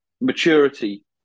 maturity